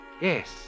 Yes